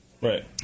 Right